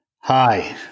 Hi